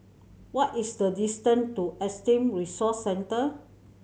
what is the distance to Autism Resource Centre